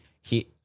he-